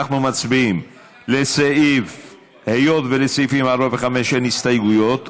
היות שלסעיפים 4 ו-5 אין הסתייגויות,